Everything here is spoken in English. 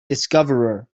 discoverer